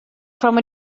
from